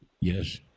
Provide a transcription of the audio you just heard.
Yes